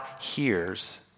hears